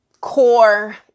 core